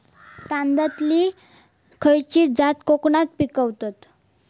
तांदलतली खयची जात कोकणात पिकवतत?